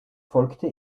folgte